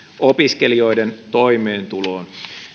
opiskelijoiden toimeentuloon